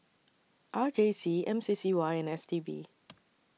R J C M C C Y and S T B